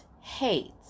hates